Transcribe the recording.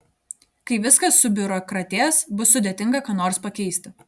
kai viskas subiurokratės bus sudėtinga ką nors pakeisti